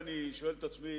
אותנו?